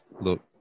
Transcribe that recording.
look